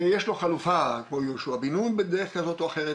יש לו חלופה כמו יהושע בן נון בדרך כזאת או אחרת,